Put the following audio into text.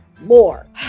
more